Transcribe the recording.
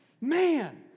man